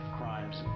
crimes